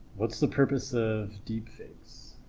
what's the purpose of deepfakes?